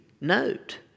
note